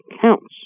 counts